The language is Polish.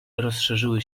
rozszerzyły